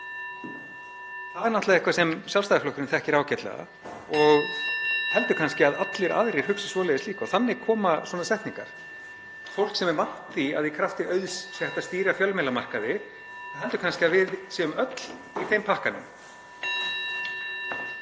það náttúrlega eitthvað sem Sjálfstæðisflokkurinn þekkir ágætlega og heldur kannski að allir aðrir hugsi svoleiðis líka. (Forseti hringir.) Þannig koma svona setningar, fólk sem er vant því að í krafti auðs sé hægt að stýra fjölmiðlamarkaði, heldur kannski að við séum öll í þeim pakkanum.